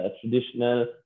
traditional